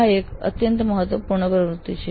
આ એક અત્યંત મહત્વપૂર્ણ પ્રવૃત્તિ છે